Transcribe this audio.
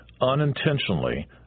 unintentionally